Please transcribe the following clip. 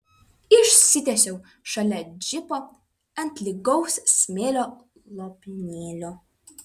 išsitiesiau šalia džipo ant lygaus smėlio lopinėlio